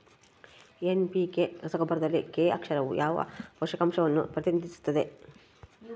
NPK ರಸಗೊಬ್ಬರದಲ್ಲಿ K ಅಕ್ಷರವು ಯಾವ ಪೋಷಕಾಂಶವನ್ನು ಪ್ರತಿನಿಧಿಸುತ್ತದೆ?